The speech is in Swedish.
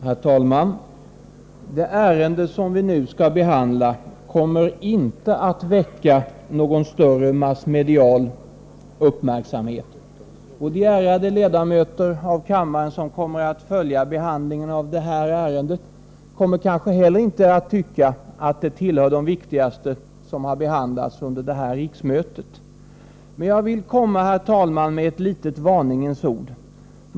Herr talman! Det ärende vi nu skall behandla kommer inte att väcka någon större massmedial uppmärksamhet, och de ärade ledamöter av kammaren som kommer att följa behandlingen av detta ärende kommer kanske heller inte att tycka att det tillhör de viktigaste som har behandlats under det här riksmötet. Men jag vill komma med ett litet varningens ord.